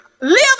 live